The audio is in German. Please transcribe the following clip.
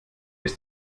ist